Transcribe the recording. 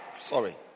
Sorry